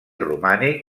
romànic